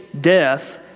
death